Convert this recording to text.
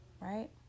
right